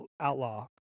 Outlaw